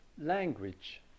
language